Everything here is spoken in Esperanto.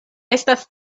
estas